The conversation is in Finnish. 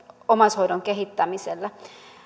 omaishoidon kehittämiselle